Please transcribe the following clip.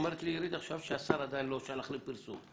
אומרת לי עירית עכשיו שהשר עדיין לא שלח לפרסום.